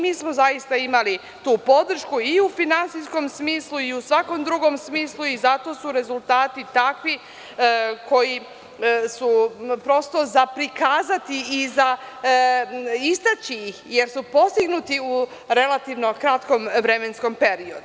Mi smo zaista imali tu podršku i u finansijskom smislu i svakom drugom smislu i zato su rezultati takvi koji su prosto za prikazati i za istaći, jer su postignuti u relativno kratkom vremenskom periodu.